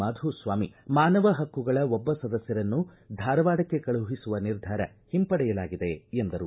ಮಾಧುಸ್ವಾಮಿ ಮಾನವ ಹಕ್ಕುಗಳ ಒಬ್ಬ ಸದಸ್ಕರನ್ನು ಧಾರವಾಡಕ್ಕೆ ಕಳಿಸುವ ನಿರ್ಧಾರ ಹಿಂಪಡೆಯಲಾಗಿದೆ ಎಂದರು